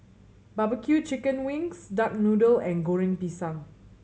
barbecue chicken wings duck noodle and Goreng Pisang